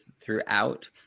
throughout